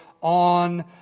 On